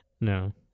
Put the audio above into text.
no